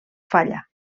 falla